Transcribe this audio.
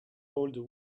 old